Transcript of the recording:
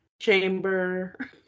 chamber